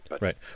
Right